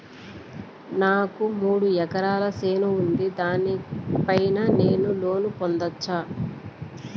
నాకు మూడు ఎకరాలు చేను ఉంది, దాని పైన నేను లోను పొందొచ్చా?